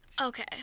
Okay